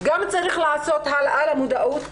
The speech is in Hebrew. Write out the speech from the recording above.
גם צריך לעשות העלאה של המודעות,